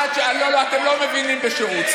לא, לא, אתם לא מבינים בשירות.